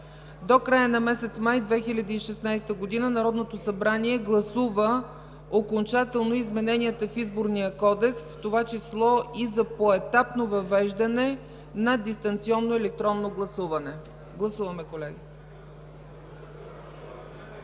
До края на месец май 2016 г. Народното събрание гласува окончателно измененията в Изборния кодекс, в това число и за поетапно въвеждане на дистанционно електронно гласуване”. Гласували